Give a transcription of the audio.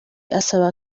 asaba